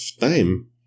time